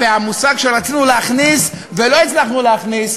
והמושג שרצינו להכניס ולא הצלחנו להכניס,